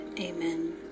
Amen